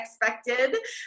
expected